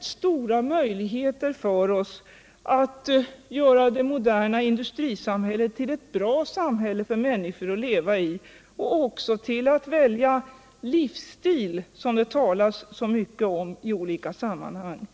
stora möjligheter för oss att göra det moderna industrisam hället till ett bra samhälle för människor att leva i och också att välja livsstil, som det talas så mycket om i olika sammanhang.